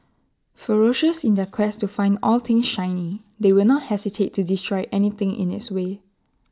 ferocious in their quest to find all things shiny they will not hesitate to destroy anything in its way